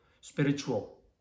spiritual